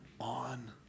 on